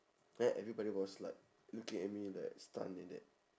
then everybody was like looking at me like stun like that